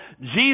Jesus